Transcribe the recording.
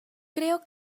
creo